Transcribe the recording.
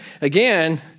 Again